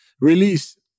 release